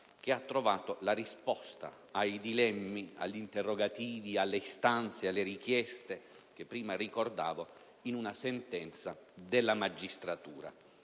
che ha trovato la risposta ai dilemmi, agli interrogativi, alle istanze, alle richieste che prima ricordavo in una sentenza della magistratura;